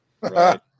Right